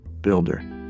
Builder